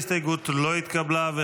ההסתייגות לא התקבלה.